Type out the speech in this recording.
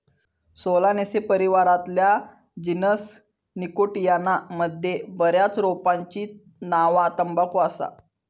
Solanaceae परिवारातल्या genus Nicotiana मध्ये बऱ्याच रोपांची नावा तंबाखू असा